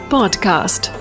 Podcast